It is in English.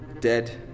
Dead